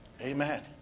Amen